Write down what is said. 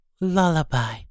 Lullaby